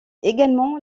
également